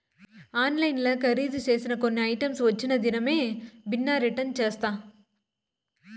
ఆన్లైన్ల కరీదు సేసిన కొన్ని ఐటమ్స్ వచ్చిన దినామే బిన్నే రిటర్న్ చేస్తా